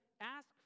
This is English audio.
ask